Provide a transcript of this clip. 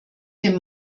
dem